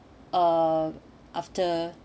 uh after